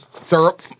syrup